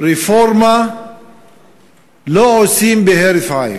רפורמה לא עושים בהרף עין,